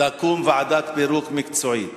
שתקום ועדת פירוק מקצועית